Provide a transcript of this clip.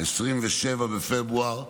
27 בפברואר 2024,